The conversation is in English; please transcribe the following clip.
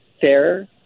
fair